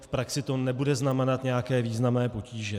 V praxi to nebude znamenat nějaké významné potíže.